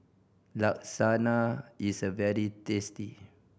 lasagna is a very tasty